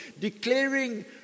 Declaring